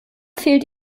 fehlt